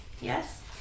Yes